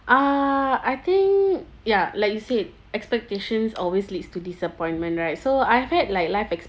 uh I think ya like you said expectations always leads to disappointment right so I've had like life experience